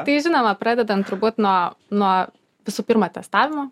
tai žinoma pradedant turbūt nuo nuo visų pirmą testavimo